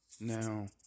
Now